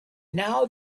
now